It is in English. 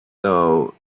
though